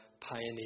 pioneer